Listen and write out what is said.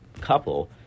couple